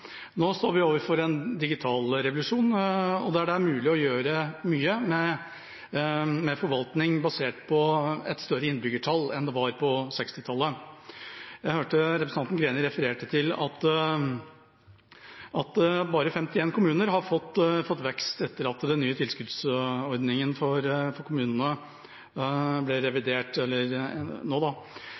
Nå står vi overfor en digital revolusjon der det er mulig å gjøre mye med forvaltning, basert på et større innbyggertall enn det var på 1960-tallet. Jeg hørte representanten Greni refererte til at bare 51 kommuner har fått vekst etter at den nye tilskuddsordningen for kommunene ble revidert nå.